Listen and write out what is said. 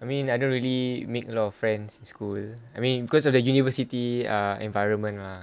I mean I don't really make a lot of friends in school I mean because of the university ah environment lah